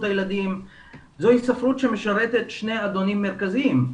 הילדים זוהי ספרות שמשרתת שני אדונים מרכזיים,